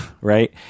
right